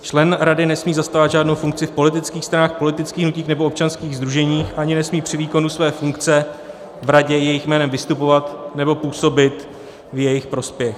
Člen rady nesmí zastávat žádnou funkci v politických stranách, v politických hnutích nebo občanských sdruženích ani nesmí při výkonu své funkce v radě jejich jménem vystupovat nebo působit v jejich prospěch.